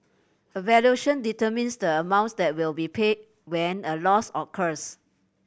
a valuation determines the amount that will be paid when a loss occurs